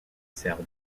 serbe